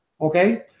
Okay